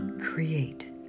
create